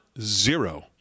Zero